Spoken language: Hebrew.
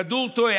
כדור תועה.